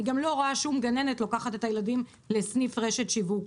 אני גם לא רואה שום גננת לוקחת את הילדים לסניף רשת שיווק.